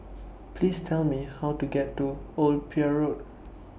Please Tell Me How to get to Old Pier Road